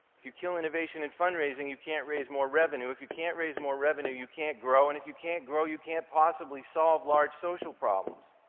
if you kill innovation in fundraising, you can't raise more revenue if you can't raise more revenue, you can't grow and if you can't grow, you can't possibly solve large social problems.